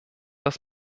das